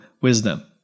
wisdom